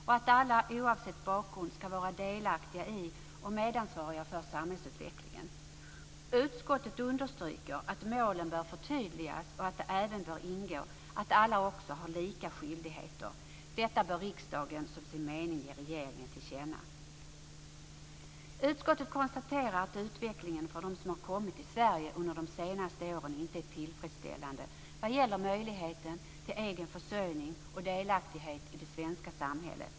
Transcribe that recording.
Alla ska oavsett bakgrund vara delaktiga i och medansvariga för samhällsutvecklingen. Utskottet understryker att målen bör förtydligas och att det även bör ingå att alla också har lika skyldigheter. Detta bör riksdagen som sin mening ge regeringen till känna. Utskottet konstaterar att utvecklingen för dem som har kommit till Sverige under de senaste åren inte är tillfredsställande vad gäller möjligheten till egen försörjning och delaktighet i det svenska samhället.